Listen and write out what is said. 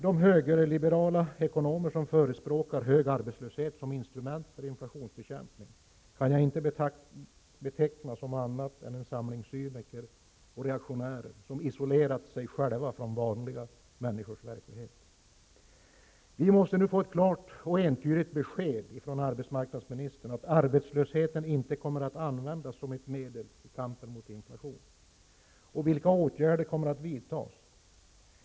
De högerliberala ekonomer som förespråkar hög arbetslöshet som ett instrument för inflationsbekämpning kan jag inte beteckna som annat än en samling cyniker och reaktionärer som isolerat sig själva från vanliga människors verklighet. Vi måste nu få ett klart och entydigt besked från arbetsmarknadsministern att arbetslösheten inte kommer att användas som ett medel i kampen mot inflation. Vilka åtgärder kommer att vidtas?